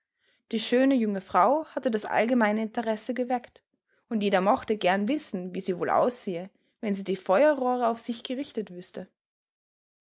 die schöne junge frau hatte das allgemeine interesse geweckt und jeder mochte gern wissen wie sie wohl aussehe wenn sie die feuerrohre auf sich gerichtet wüßte